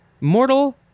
mortal